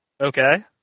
Okay